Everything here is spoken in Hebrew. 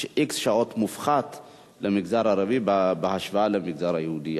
יש x שעות מופחת למגזר הערבי בהשוואה למגזר היהודי,